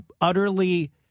utterly